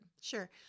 sure